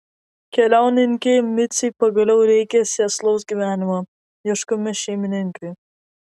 keliauninkei micei pagaliau reikia sėslaus gyvenimo ieškomi šeimininkai